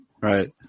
Right